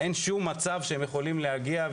אין שום מצב שהם יכולים להגיע,